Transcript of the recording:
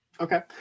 Okay